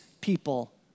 people